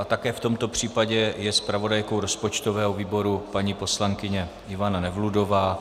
Také v tomto případě je zpravodajkou rozpočtového výboru paní poslankyně Ivana Nevludová.